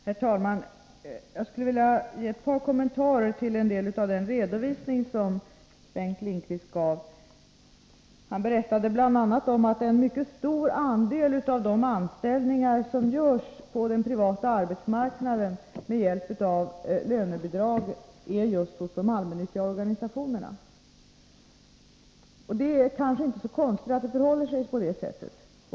Herr talman! Jag skulle vilja ge ett par kommentarer till en del av den redovisning som Bengt Lindqvist gav. Han berättade bl.a. att en mycket stor andel av de personer som anställs på den privata arbetsmarknaden med hjälp av lönebidrag anlitas av de allmännyttiga organisationerna. Det är kanske inte så konstigt att det förhåller sig på det sättet.